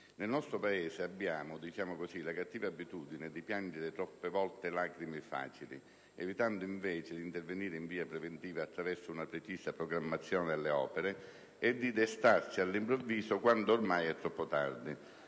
Nel nostro Paese abbiamo - diciamo così - la cattiva abitudine di piangere troppe volte lacrime facili, evitando invece di intervenire in via preventiva attraverso una precisa programmazione delle opere, e di destarci all'improvviso quando ormai è troppo tardi.